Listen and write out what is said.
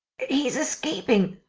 he's escaping.